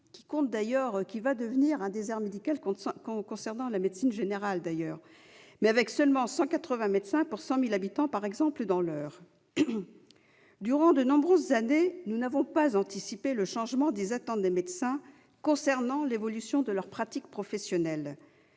devenir un désert médical en médecine générale, contre seulement 180 médecins pour 100 000 habitants dans l'Eure. Durant de nombreuses années, nous n'avons pas anticipé le changement des attentes des médecins concernant l'évolution de leurs pratiques professionnelles.